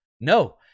no